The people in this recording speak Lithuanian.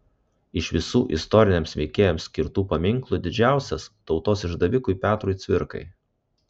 iš visų istoriniams veikėjams skirtų paminklų didžiausias tautos išdavikui petrui cvirkai